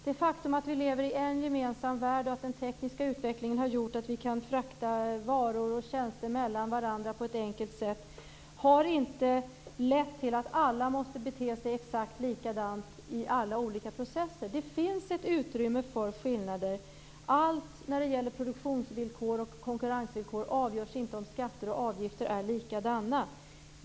Det faktum att vi lever i en gemensam värld och att den tekniska utvecklingen har gjort att vi kan frakta varor och tjänster mellan varandra på ett enkelt sätt har inte lett till att alla måste bete sig exakt likadant i alla olika processer. Det finns ett utrymme för skillnader. Allt när det gäller produktionsvillkor och konkurrensvillkor avgörs inte om skatter och avgifter är likadana.